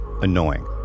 annoying